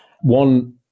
One